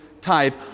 tithe